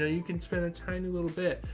ah you can spend a tiny little bit,